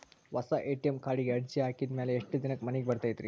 ಹೊಸಾ ಎ.ಟಿ.ಎಂ ಕಾರ್ಡಿಗೆ ಅರ್ಜಿ ಹಾಕಿದ್ ಮ್ಯಾಲೆ ಎಷ್ಟ ದಿನಕ್ಕ್ ಮನಿಗೆ ಬರತೈತ್ರಿ?